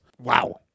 Wow